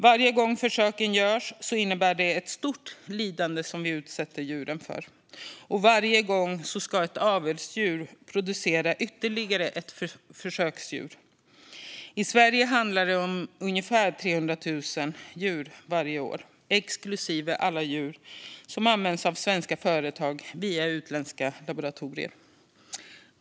Varje gång försök görs utsätter vi djuren för ett stort lidande, och varje gång ska ett avelsdjur producera ytterligare ett försöksdjur. I Sverige handlar det om ungefär 300 000 djur varje år, exklusive alla djur som används av svenska företag via utländska laboratorier.